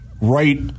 right